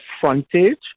frontage